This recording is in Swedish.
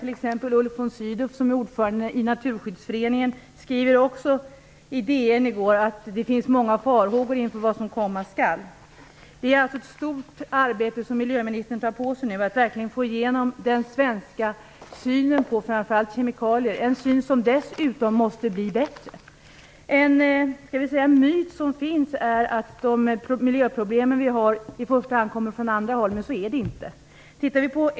Ulf von Sydow, som är ordförande i Naturskyddsföreningen, skrev i DN i går att det finns många farhågor inför vad som komma skall. Det är ett stort arbete miljöministern tar på sig när det gäller att få igenom den svenska synen på framför allt kemikalier - en syn som dessutom måste bli bättre. En myt som finns är att de miljöproblem vi har i första hand kommer från andra håll. Så är det inte.